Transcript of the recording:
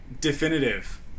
definitive